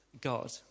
God